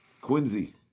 Quincy